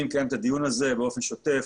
אני מקיים את הדיון הזה באופן שוטף,